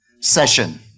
session